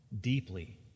deeply